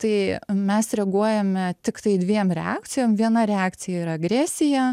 tai mes reaguojame tiktai dviem reakcijom viena reakcija yra agresija